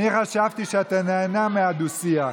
אני חשבתי שאתה נהנה מהדו-שיח,